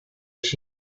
sheep